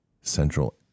central